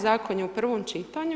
Zakon je u prvom čitanju.